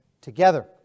together